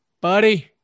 buddy